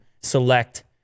select